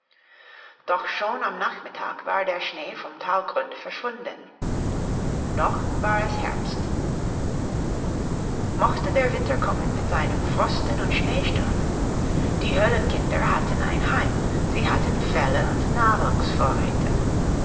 doch schon am nachmittag war der schnee vom talgrund verschwunden noch war es herbst mochte der winter kommen mit seinen frösten und schneestürmen die höhlenkinder hatten ein heim sie hatten felle und